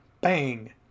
bang